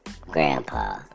grandpa